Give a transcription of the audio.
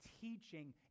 teaching